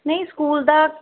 ਨਹੀਂ ਸਕੂਲ ਦਾ